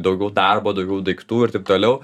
daugiau darbo daugiau daiktų ir taip toliau